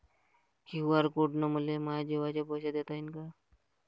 QR code न मले माये जेवाचे पैसे देता येईन का?